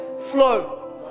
flow